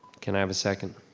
can i have a second?